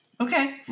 Okay